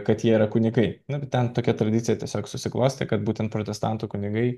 kad jie yra kunigai ten tokia tradicija tiesiog susiklostė kad būtent protestantų kunigai